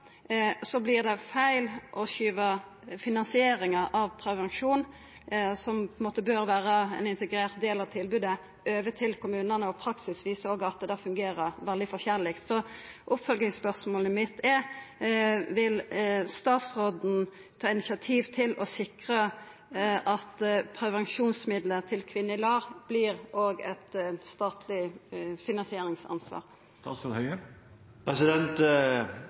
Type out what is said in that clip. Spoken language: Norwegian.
det feil å skyva finansieringa av prevensjon, som bør vera ein integrert del av tilbodet, over til kommunane, og praksis viser også at det fungerer veldig forskjellig. Så oppfølgingsspørsmålet mitt er: Vil statsråden ta initiativ til å sikra at prevensjonsmiddel til kvinner i LAR vert eit statleg finansieringsansvar?